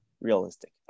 realistic